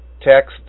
text